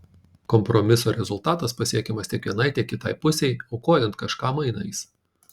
kompromiso rezultatas pasiekiamas tiek vienai tiek kitai pusei aukojant kažką mainais